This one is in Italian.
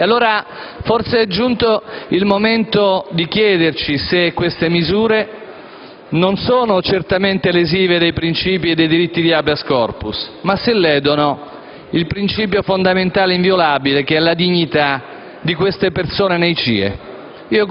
Allora, forse è giunto il momento di chiederci se queste misure, che non sono certamente lesive dei principi e dei diritti di *habeas corpus*, ledono il principio fondamentale inviolabile della dignità di queste persone nei CIE.